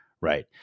right